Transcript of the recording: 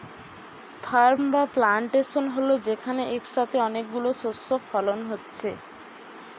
farm বা plantation হল যেখানে একসাথে অনেক গুলো শস্য ফলন হচ্ছে